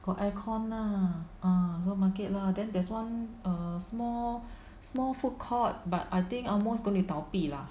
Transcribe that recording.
got aircon lah err supermarket lah then there's one err small small food court but I think almost gonna 倒闭了